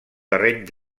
terreny